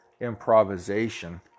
improvisation